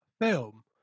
film